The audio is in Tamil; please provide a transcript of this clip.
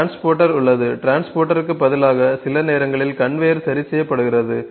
டிரான்ஸ்போர்ட்டர் உள்ளது டிரான்ஸ்போர்ட்டருக்கு பதிலாக சில நேரங்களில் கன்வேயர் சரி செய்யப்படுகிறது